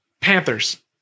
Panthers